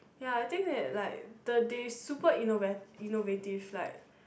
ya I think that like the they super innova~ innovative like